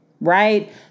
right